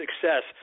success